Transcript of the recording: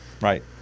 Right